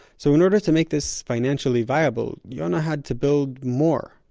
so in order to make this financially viable, yona had to build more.